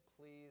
please